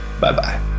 Bye-bye